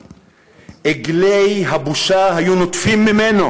אגלי בושה היו נוטפים ממנו.